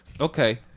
Okay